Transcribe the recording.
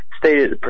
stated